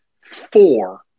four